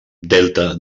delta